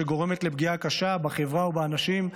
שגורמת לפגיעה קשה בחברה ובאנשים,